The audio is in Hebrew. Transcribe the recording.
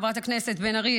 חברת הכנסת בן ארי,